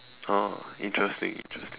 oh interesting interesting